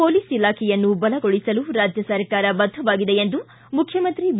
police ಇಲಾಖೆಯನ್ನು ಬಲಗೊಳಿಸಲು ರಾಜ್ಯ ಸರ್ಕಾರ ಬದ್ಧವಾಗಿದೆ ಎಂದು ಮುಖ್ಯಮಂತ್ರಿ ಬಿ